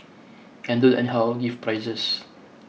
and don't anyhow give prizes